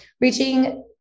reaching